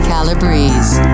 Calabrese